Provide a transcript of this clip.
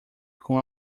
com